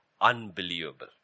unbelievable